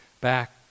back